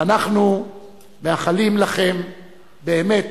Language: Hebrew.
ואנחנו מאחלים לכם באמת